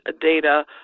data